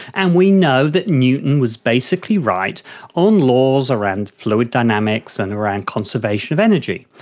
and we know that newton was basically right on laws around fluid dynamics and around conservation of energy.